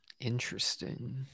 Interesting